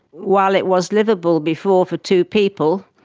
while it was liveable before for two people,